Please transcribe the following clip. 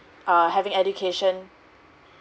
err having education